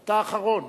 אתה אחרון.